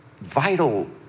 vital